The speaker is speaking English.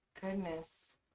Goodness